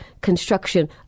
construction